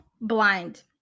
Blind